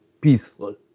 peaceful